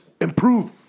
improve